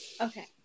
Okay